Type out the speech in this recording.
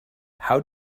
how